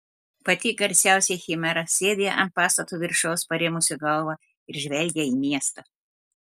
pati garsiausia chimera sėdi ant pastato viršaus parėmusi galvą ir žvelgia į miestą